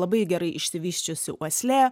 labai gerai išsivysčiusi uoslė